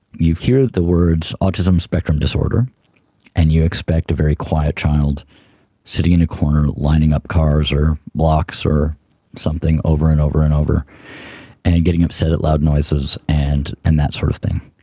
you hear the words autism spectrum disorder and you expect a very quiet child sitting in a corner lining up cars or blocks or something over and over and over and getting upset at loud noises and and that sort of thing.